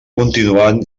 continuat